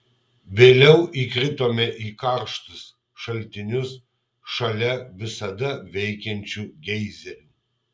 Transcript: vėliau įkritome į karštus šaltinius šalia visada veikiančių geizerių